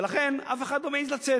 ולכן, אף אחד לא מעז לצאת.